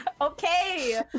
Okay